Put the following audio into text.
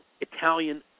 Italian